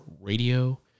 radio